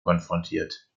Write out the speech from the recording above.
konfrontiert